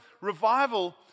revival